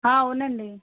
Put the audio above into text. ఆ అవునండి